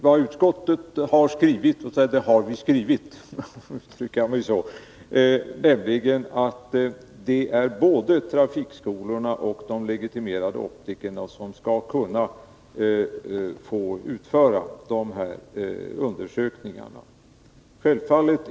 Vad utskottet har skrivit har det skrivit, nämligen att både trafikskolorna och de legitimerade optikerna skall kunna få utföra dessa undersökningar.